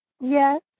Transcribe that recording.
Yes